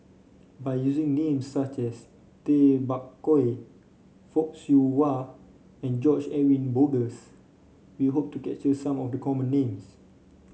by using names such as Tay Bak Koi Fock Siew Wah and George Edwin Bogaars we hope to capture some of the common names